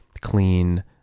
clean